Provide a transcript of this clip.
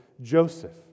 Joseph